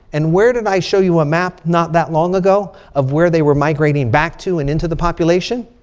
and where did i show you a map not that long ago of where they were migrating back to and into the population?